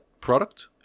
product